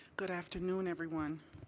good afternoon, everyone.